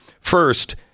first